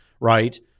right